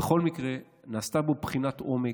בכל מקרה נעשתה בו בחינת עומק,